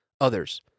Others